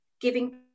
giving